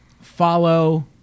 follow